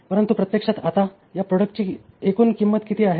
परंतु प्रत्यक्षात आता या प्रॉडक्टची एकूण किंमत किती आहे